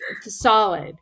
solid